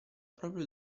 propria